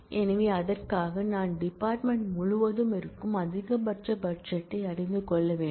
எனவே அதற்காக நான் டிபார்ட்மென்ட் முழுவதும் இருக்கும் அதிகபட்ச பட்ஜெட்டை அறிந்து கொள்ள வேண்டும்